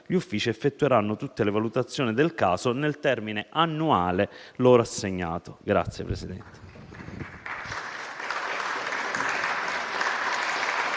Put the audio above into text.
gli uffici effettueranno tutte le valutazioni del caso nel termine annuale loro assegnato.